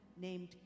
named